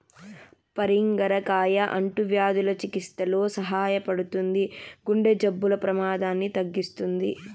పరింగర కాయ అంటువ్యాధుల చికిత్సలో సహాయపడుతుంది, గుండె జబ్బుల ప్రమాదాన్ని తగ్గిస్తుంది